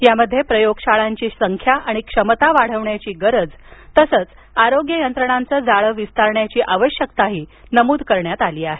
यामध्ये प्रयोगशाळांची संख्या आणि क्षमता वाढविण्याची गरज आणि आणि आरोग्य यंत्रणांच जाळं विस्तारण्याची गरजही नमूद करण्यात आली आहे